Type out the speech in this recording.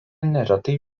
neretai